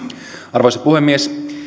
arvoisa puhemies